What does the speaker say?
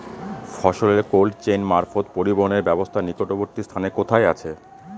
ফসলের cold chain মারফত পরিবহনের ব্যাবস্থা নিকটবর্তী স্থানে কোথায় আছে?